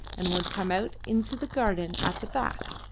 and would come out into the garden at the back,